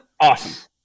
Awesome